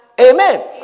Amen